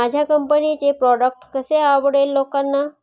माझ्या कंपनीचे प्रॉडक्ट कसे आवडेल लोकांना?